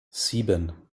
sieben